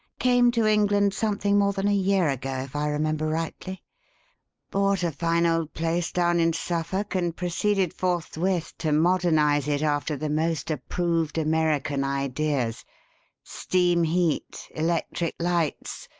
came to england something more than a year ago, if i remember rightly bought a fine old place down in suffolk, and proceeded forthwith to modernize it after the most approved american ideas steam heat, electric lights,